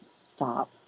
stop